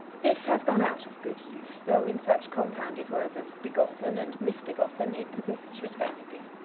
this has gone out of good use, though in such compounded words as begotten and misbegotten it persists respectably.